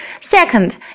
Second